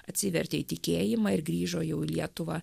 atsivertė į tikėjimą ir grįžo jau į lietuvą